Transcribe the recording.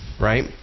right